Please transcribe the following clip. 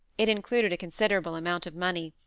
it included a considerable amount of money,